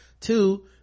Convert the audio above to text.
two